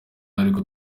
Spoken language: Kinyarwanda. ariko